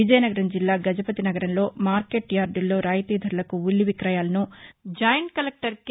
విజయనగరం జిల్లా గజపతినగరంలో మార్కెట్ యార్దల్లో రాయితీ ధరలకు ఉల్లి విక్రయాలను జాయింట్ కలెక్టర్ కె